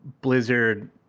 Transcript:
blizzard